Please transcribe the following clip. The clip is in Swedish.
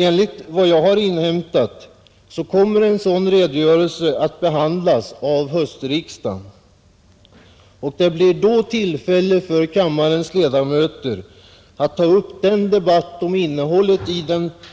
Enligt vad jag har inhämtat kommer en sådan redogörelse att behandlas av höstriksdagen och det blir då tillfälle för kammarens ledamöter att föra den debatt om innehållet